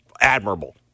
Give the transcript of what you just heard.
admirable